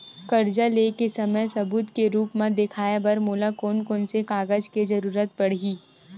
कर्जा ले के समय सबूत के रूप मा देखाय बर मोला कोन कोन से कागज के जरुरत पड़ही?